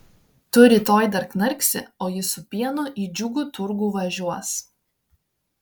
tu rytoj dar knarksi o jis su pienu į džiugų turgų važiuos